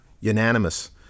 unanimous